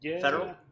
Federal